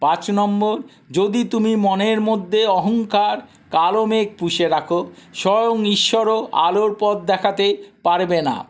পাঁচ নম্বর যদি তুমি মনের মধ্যে অহংকার কালো মেঘ পুষে রাখো স্বয়ং ঈশ্বরও আলোর পথ দেখাতে পারবে না